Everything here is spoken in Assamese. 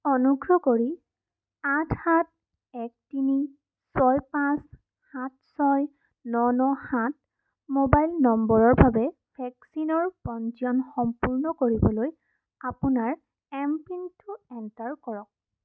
অনুগ্ৰহ কৰি আঠ সাত এক তিনি ছয় পাঁচ সাত ছয় ন ন সাত মোবাইল নম্বৰৰ বাবে ভেকচিনৰ পঞ্জীয়ন সম্পূৰ্ণ কৰিবলৈ আপোনাৰ এম পিনটো এণ্টাৰ কৰক